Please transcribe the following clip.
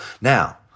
Now